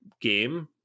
game